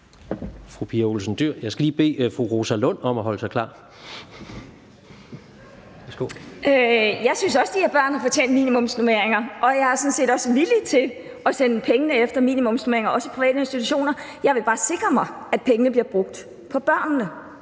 Jeg synes også, at de børn har fortjent minimumsnormeringer, og jeg er sådan set også villig til at sende pengene efter minimumsnormeringer, også i private institutioner. Jeg vil bare sikre mig, at pengene bliver brugt på børnene.